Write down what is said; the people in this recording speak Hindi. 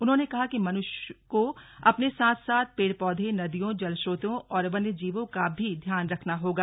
उन्होंने कहा कि मनुष्य को अपने साथ साथ पेड़ पौधों नदियों जल स्रोतों और वन्यजीवों का भी ध्यान रखना होगा